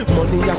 Money